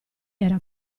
era